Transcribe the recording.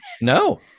no